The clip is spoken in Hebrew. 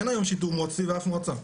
אין היום שיטור מועצתי באף מועצה.